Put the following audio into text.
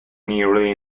nearly